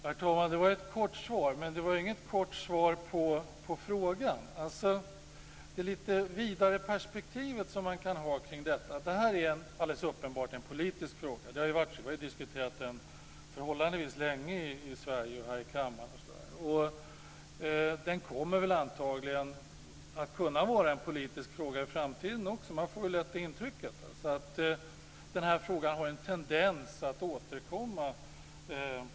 Herr talman! Det var ett kort svar, men det var inget kort svar på frågan om det lite vidare perspektivet. Det här är alldeles uppenbart en politisk fråga. Vi har diskuterat den förhållandevis länge i Sverige och i kammaren. Den kommer antagligen att vara en politisk fråga i framtiden också. Man får lätt intrycket att frågan har en tendens att återkomma.